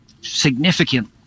significant